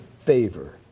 favor